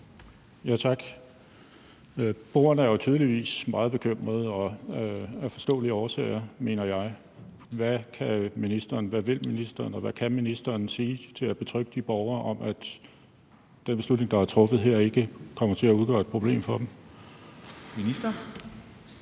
Tak. Beboerne er jo tydeligvis meget bekymrede og af forståelige årsager, mener jeg. Hvad vil ministeren og hvad kan ministeren sige for at betrygge de borgere om, at den beslutning, der er truffet her, ikke kommer til at udgøre et problem for dem? Kl.